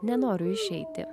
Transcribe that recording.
nenoriu išeiti